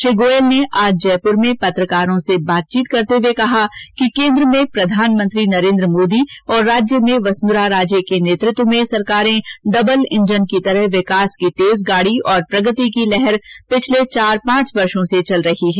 श्री गोयल ने आज जयपुर में पत्रकारों से बातचीत करते हुए कहा कि कोन्द्र में प्रधानमंत्री नरेन्द्र मोदी और राज्य में वसुंधरा राजे के नेतृत्व में सरकारों के डबल इंजन से विकास की तेज गाड़ी और प्रगति की लहरपिछले चार पांच वर्षो में चल रही है